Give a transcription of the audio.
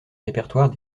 répertoire